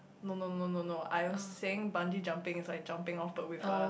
no no no no no I was saying bungee jumping is like jumping off the with a